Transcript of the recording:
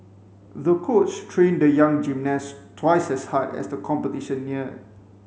the coach trained the young gymnast twice as hard as the competition neared